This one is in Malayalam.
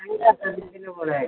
ഞാനും കെ എസ് ആർ ടി സിയിലാണ് പോവുന്നത്